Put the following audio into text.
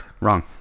Wrong